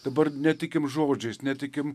dabar netikim žodžiais netikim